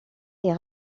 est